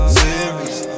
serious